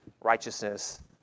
righteousness